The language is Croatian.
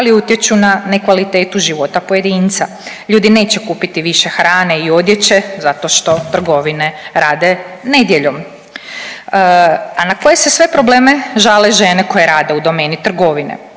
ali utječu na ne kvalitetu života pojedinca, ljudi neće kupiti više hrane i odjeće zato što trgovine rade nedjeljom. A na koje se sve probleme žale žene koje rade u domeni trgovine?